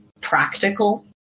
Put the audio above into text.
practical